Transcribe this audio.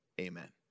amen